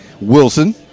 Wilson